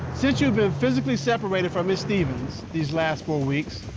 since you've been physically separated from miss stephens, these last four weeks,